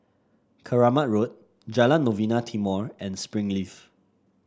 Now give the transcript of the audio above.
Keramat Road Jalan Novena Timor and Springleaf